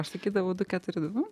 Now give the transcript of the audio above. aš sakydavau